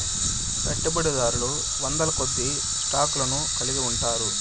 పెట్టుబడిదారులు వందలకొద్దీ స్టాక్ లను కలిగి ఉంటారు